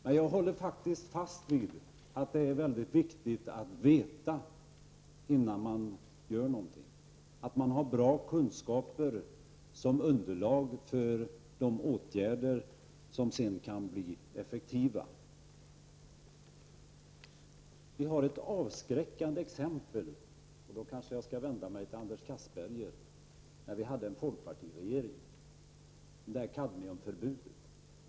Men jag håller faktiskt fast vid att det är mycket viktigt att veta innan man gör något, att ha bra kunskaper som underlag för de åtgärder som sedan kan bli effektiva. Vi har ett avskräckande exempel -- nu kanske jag skall vända mig till Anders Castberger -- när vi hade en folkpartiregering. Det var kadmiumförbudet.